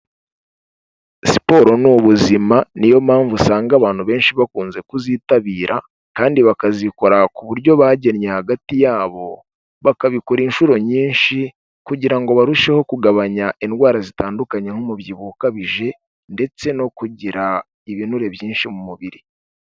Siporo ni ubuzima niyo mpamvu usanga abantu benshi bakunze kuzitabira kandi bakazikora ku buryo bagennye hagati yabo bakabikora inshuro nyinshi kugira ngo barusheho kugabanya indwara zitandukanye nk'umubyibuho ukabije, ndetse no kugira ibinure byinshi mu mubiri.